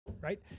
right